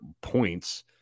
points